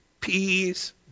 peas